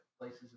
places